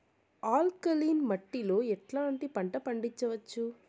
Alkaline మట్టి లో ఎట్లాంటి పంట పండించవచ్చు,?